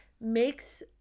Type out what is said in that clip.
makes